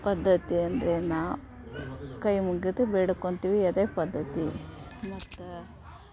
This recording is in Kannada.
ಪದ್ಧತಿ ಅಂದರೆ ನಾವು ಕೈ ಮುಗಿದು ಬೇಡ್ಕೊತಿವಿ ಅದೇ ಪದ್ಧತಿ ಮತ್ತು